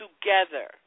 together